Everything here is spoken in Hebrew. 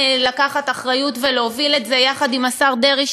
לקחת אחריות ולהוביל את זה יחד עם השר דרעי,